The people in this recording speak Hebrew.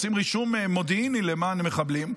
עושים רישום מודיעיני למען מחבלים,